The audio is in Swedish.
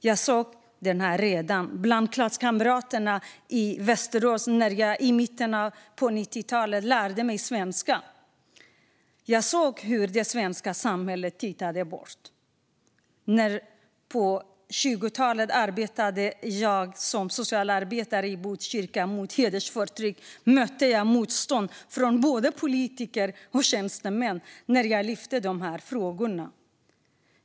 Jag såg det redan bland klasskamraterna i Västerås när jag i mitten av 90-talet lärde mig svenska. Jag såg hur det svenska samhället tittade bort. När jag på 2000-talet arbetade mot hedersförtryck som socialarbetare i Botkyrka mötte jag motstånd från både politiker och tjänstemän när jag lyfte de här frågorna.